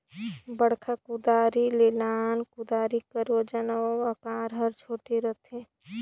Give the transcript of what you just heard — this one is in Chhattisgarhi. बड़खा कुदारी ले नान कुदारी कर ओजन अउ अकार हर छोटे रहथे